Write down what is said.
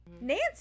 Nancy